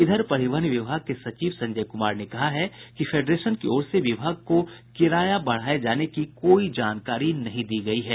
इधर परिवहन विभाग के सचिव संजय कुमार ने कहा है कि फेडरेशन की ओर से विभाग को किराया बढ़ाने की कोई जानकारी नहीं दी गयी है